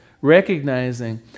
recognizing